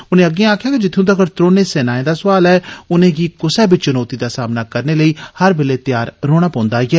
उने अग्गे आक्खेआ कि जित्थूं तगर त्रौनें सेनाएं दा सोआल ऐ उने गी कुसै बी चुनौती दा सामना करने लेई हर बेले तैयार रोहना पौंदा ऐ